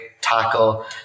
tackle